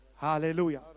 Hallelujah